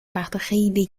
وقتاخیلی